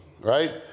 right